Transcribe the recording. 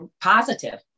positive